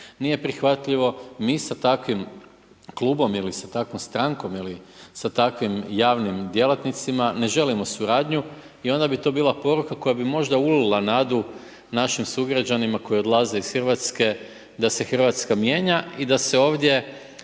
nije prihvatljivo, mi sa takvim klubom ili sa takvom strankom ili sa takvim javnim djelatnicima, ne želimo suradnju i onda bi to bila poruka koja bi možda ulila nadu našim sugrađanima koji odlaze iz Hrvatske, da se Hrvatska mijenja i da se ovdje